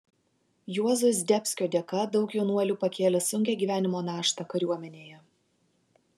juozo zdebskio dėka daug jaunuolių pakėlė sunkią gyvenimo naštą kariuomenėje